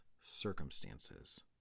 circumstances